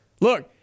look